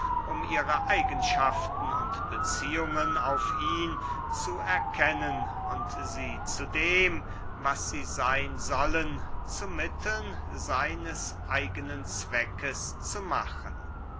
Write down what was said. um ihre eigenschaften und beziehungen auf ihn zu erkennen und sie zu dem was sie seyn sollen zu mitteln seines eigenen zwecks zu machen